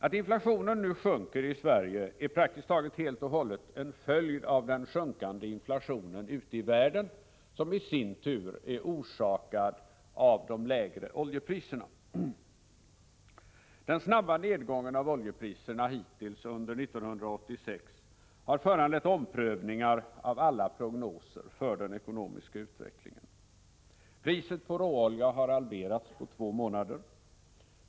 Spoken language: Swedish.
Att inflationen nu sjunker i Sverige är praktiskt taget helt och hållet en följd av den sjunkande inflationen ute i världen, som i sin tur är orsakad av de lägre oljepriserna. Den snabba nedgången av oljepriserna hittills under 1986 har föranlett omprövningar av alla prognoser för den ekonomiska utvecklingen. Priset på råolja har halverats på två månader.